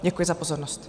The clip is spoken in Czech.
Děkuji za pozornost.